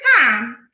time